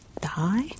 Die